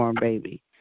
baby